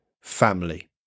family